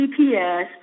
GPS